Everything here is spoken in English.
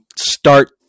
start